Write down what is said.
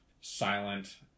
silent